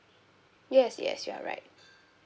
yes yes you are right